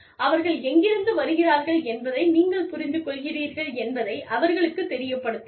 அவர்கள் எங்கிருந்து வருகிறார்கள் என்பதை நீங்கள் புரிந்துகொள்கிறீர்கள் என்பதை அவர்களுக்குத் தெரியப்படுத்துங்கள்